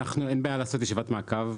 אין בעיה לעשות ישיבת מעקב.